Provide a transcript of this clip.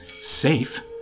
safe